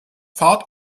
fahrt